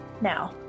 now